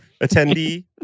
attendee